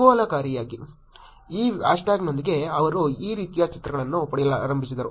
ಕುತೂಹಲಕಾರಿಯಾಗಿ ಈ ಹ್ಯಾಶ್ ಟ್ಯಾಗ್ನೊಂದಿಗೆ ಅವರು ಈ ರೀತಿಯ ಚಿತ್ರಗಳನ್ನು ಪಡೆಯಲಾರಂಭಿಸಿದರು